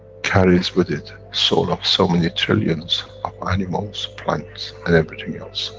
carries with it, soul of so many trillions of animals, plants and everything else.